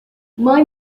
mãe